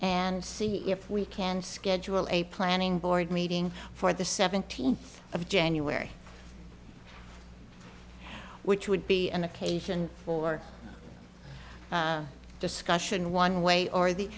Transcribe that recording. and see if we can schedule a planning board meeting for the seventeenth of january which would be an occasion for discussion one way or the